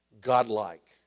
Godlike